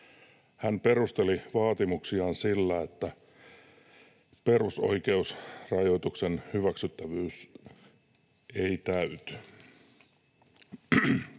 Hän perusteli vaatimuksiaan sillä, että perusoikeusrajoituksen hyväksyttävyys ei täyty.